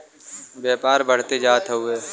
व्यापार बढ़ते जात हउवे